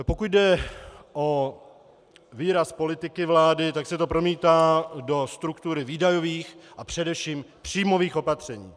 Pokud jde o výraz politiky vlády, tak se to promítá do struktury výdajových a především příjmových opatření.